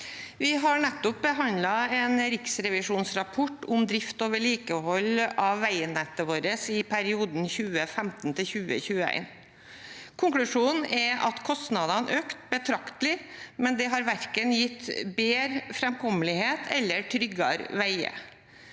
Vi har nettopp be- handlet en riksrevisjonsrapport om drift og vedlikehold av veinettet vårt i perioden 2015–2021. Konklusjonen er at kostnadene økte betraktelig, men det har verken gitt bedre framkommelighet eller tryggere veier.